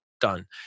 done